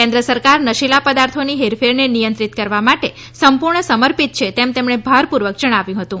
કેન્દ્ર સરકાર નશીલા પદાર્થોની હેરફેરને નિયંત્રિત કરવા માટે સંપૂર્ણ સમર્થિત છે તેમ તેમણે ભારપૂર્વક જણાવ્યું હતું